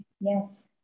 Yes